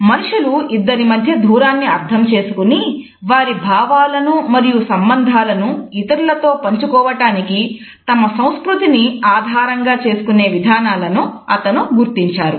మనుషులు ఇద్దరి మధ్య దూరాన్ని అర్థం చేసుకుని వారి భావాలను మరియు సంబంధాలను ఇతరులతో పంచుకోవటానికి తమ సంస్కృతిని ఆధారంగా చేసుకునే విధానాలను అతను గుర్తించారు